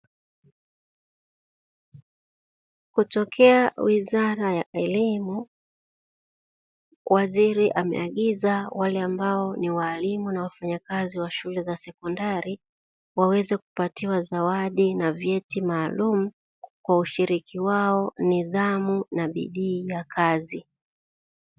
Kutokea wizara ya elimu, waziri ameagiza wale ambao ni waalimu na wafanyakazi wa shule za sekondari, waweze kupatiwa zawadi na vyeti maalumu, kwa ushiriki wao, nidhamu na bidii ya kazi.